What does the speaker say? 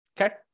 Okay